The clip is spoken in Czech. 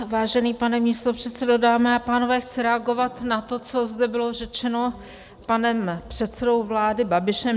Vážený pane místopředsedo, dámy a pánové, chci reagovat na to, co zde bylo řečeno panem předsedou vlády Babišem.